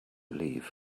leave